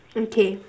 okay